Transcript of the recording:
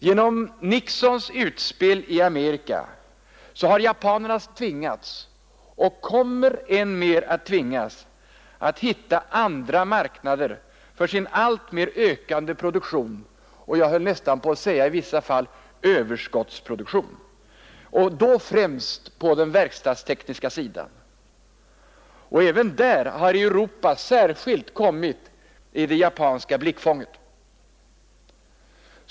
Genom Nixons utspel har japanerna tvingats, och kommer än mer att tvingas, att hitta andra marknader för sin alltmer ökande produktion — i vissa fall, höll jag på att säga, överskottsproduktion — främst på den verkstadstekniska sidan. Och även där har Europa kommit särskilt i det japanska blickfånget.